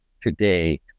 today